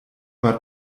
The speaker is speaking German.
war